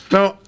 Now